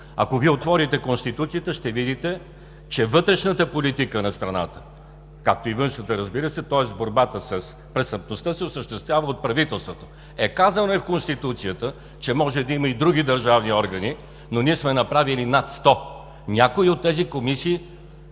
Ако отворите Конституцията, ще видите, че вътрешната политика на страната, както и външната, разбира се, тоест борбата с престъпността, се осъществява от правителството. Е, казано е в Конституцията, че може да има и други държавни органи, но ние сме направили над 100. Някои от тези комисии